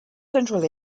central